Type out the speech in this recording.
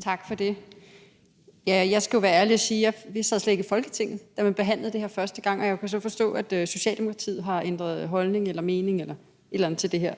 Tak for det. Jeg skal jo være ærlig og sige, at jeg slet ikke sad i Folketinget, da man behandlede det her første gang, og jeg kunne så forstå, at Socialdemokratiet har ændret holdning eller mening eller et eller andet til det her.